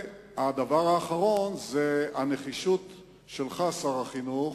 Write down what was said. הדבר האחרון זה הנחישות שלך, שר החינוך,